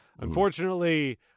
Unfortunately